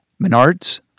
Menards